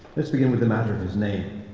let's begin with the matter of his name.